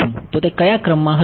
તો તે કયા ક્રમમાં હશે